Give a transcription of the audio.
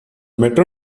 metro